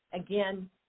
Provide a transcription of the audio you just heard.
again